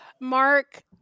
Mark